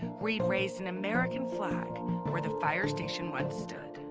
reed raised an american flag where the fire station once stood.